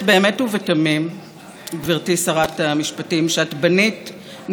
שאת בנית נדבך אחרי נדבך את חוסר הלגיטימציה